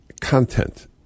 content